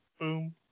Boom